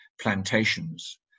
plantations